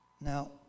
Now